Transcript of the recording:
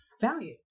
value